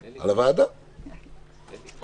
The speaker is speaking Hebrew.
ותוצאות הבדיקה יימסרו לו באופן מיידי: הוא